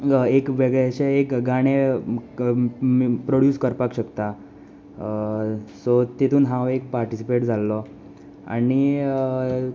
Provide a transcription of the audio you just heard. एक वेगळेशें एक गाणें प्रोड्यूस करपाक शकता सो तातूंत हांव एक पार्टिसिपेट जाल्लो आनी